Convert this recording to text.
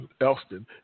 Elston